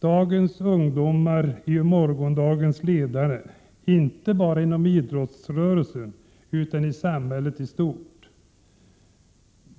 Dagens ungdomar är ju morgondagens ledare, inte bara inom idrottsrörelsen, utan i samhället i stort.